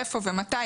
איפה ומתי.